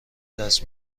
دست